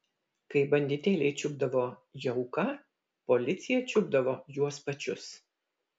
kai banditėliai čiupdavo jauką policija čiupdavo juos pačius